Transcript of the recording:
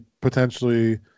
potentially